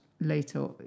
later